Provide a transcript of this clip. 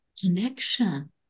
connection